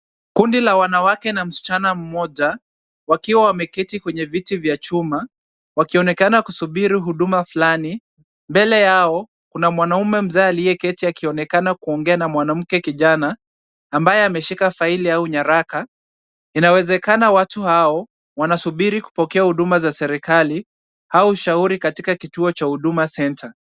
Kundi la wanawake na msichana mmoja, wakiwa wameketi kwenye viti vya chuma, wakionekana kusubiri huduma fulani. Mbele yao, kuna mwanamume mzee aliyeketi akionekana kuongea na mwanamke kijana ambaye ameshika faili au nyaraka. Inawezakana watu hao wanasubiri kupokea huduma za serikali au ushauri katika kituo cha Huduma Centre .